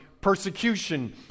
persecution